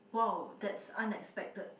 wow that's unexpected